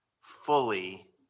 fully